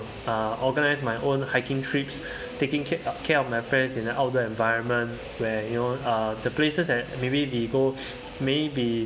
uh organize my own hiking trips taking ca~ care of my friends in the outdoor environment where you know uh the places that maybe we go may be